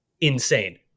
Insane